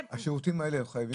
השירותים האלה הם חייבים להיות?